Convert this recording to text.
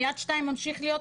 המיעוטים דומים בדברים רבים.